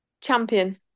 champion